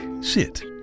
sit